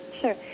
Sure